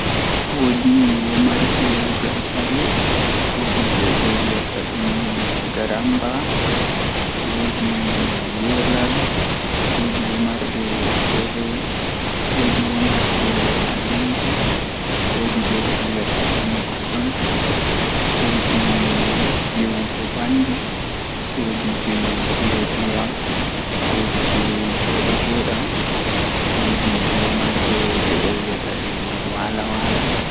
Taalel taalel jannata booyel, Woodi bingel feere ni odon mari babi nyende odon joodi tan sei babi man fuddi wolwugo ovi haa babi adon wolwa na babi wee ehe midon wolwa mi wawi wolde ko ndei bo midon nana ko awiyata, Sei ovi toh mi hebi soobajo hande kan handi en tokka yewtugo onani beldum bebi manma nani beldum, Takala mulus,